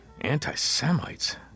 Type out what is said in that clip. anti-Semites